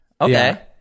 okay